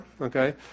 Okay